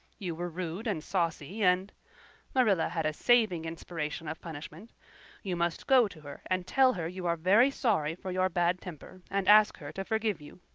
you were rude and saucy and marilla had a saving inspiration of punishment you must go to her and tell her you are very sorry for your bad temper and ask her to forgive you.